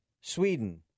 Sweden